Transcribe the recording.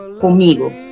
conmigo